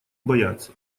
боятся